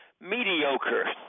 mediocre